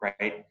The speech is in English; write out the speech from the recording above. right